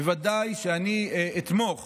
בוודאי שאני אתמוך